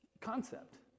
concept